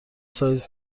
سایز